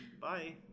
Bye